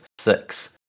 six